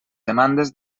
demandes